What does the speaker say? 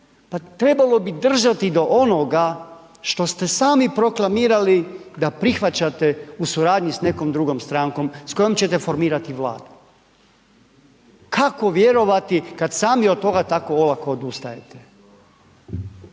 trebalo bi držati do onoga što ste sami proklamirali da prihvaćate u suradnji sa nekom drugom strankom s kojom ćete formirati Vladu. Kako vjerovati, kad sami od toga tako olako odustajete?